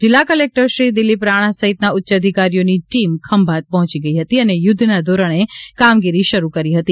જિલ્લા ક્લેક્ટર શ્રી દીલીપ રાણા સહિતના ઉચ્ચ અધિકારીઓની ટીમ ખંભાત પહોંચી ગઈ હતી અને યુધ્ધના ધોરણે કામગીરી શરૂ કરી હતી